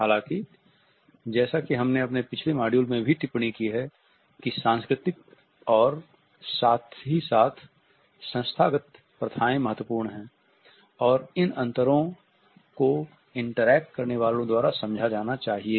हालाँकि जैसा कि हमने अपने पिछले मॉड्यूल में भी टिप्पणी की है कि सांस्कृतिक और साथ ही साथ संस्था गत प्रथायें महत्वपूर्ण हैं और इन अंतरों को इंटरैक्ट करने वालो द्वारा समझा जाना चाहिए